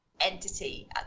entity